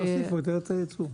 תוסיפו את ארץ הייצור.